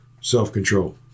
self-control